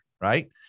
right